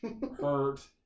Hurt